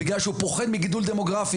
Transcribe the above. בגלל שהוא פוחד מגידול דמוגרפי,